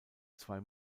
zwei